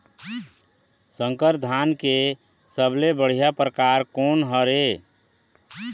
संकर धान के सबले बढ़िया परकार कोन हर ये?